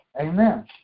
Amen